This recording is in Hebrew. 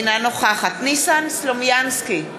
אינה נוכחת ניסן סלומינסקי,